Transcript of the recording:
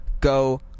go